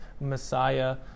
Messiah